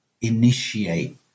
initiate